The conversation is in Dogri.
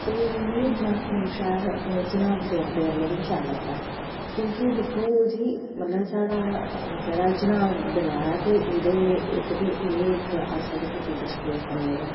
ते मिगी अपना अखनूर शैह्र अपने चन्हांऽ दरेआ कन्नै गै शैल लगदा क्योंकि दिक्खो जी मतलव साढ़ा जेह्ड़ा चन्हांऽ दरेआ ऐ ते एह्दे च इक्क ते एह् इक्क अज्जकल ते टुरिस्ट प्लेस बनी गेदा